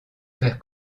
faire